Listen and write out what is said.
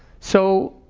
so